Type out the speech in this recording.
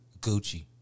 Gucci